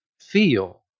feel